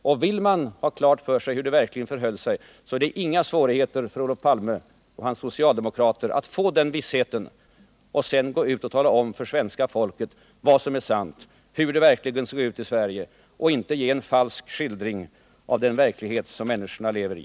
Vill Olof Palme få klart för sig hur det verkligen förhöll sig, så är det alltså inga svårigheter för honom och hans socialdemokrater att få den vissheten, så att de sedan kan gå ut och tala om för svenska folket vad som är sant, hur det verkligen såg ut i Sverige, och inte ge en falsk skildring av den verklighet som människorna lever i.